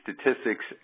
statistics